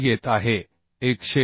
हे येत आहे 148